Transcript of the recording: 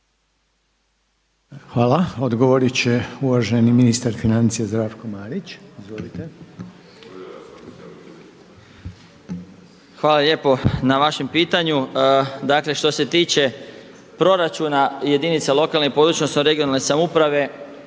Hvala. Odgovorit će uvaženi ministar financija Zdravko Marić. **Marić, Zdravko** Hvala lijepo na vašem pitanju. Dakle što se tiče proračuna jedinice lokalne (regionalne) i područne samouprave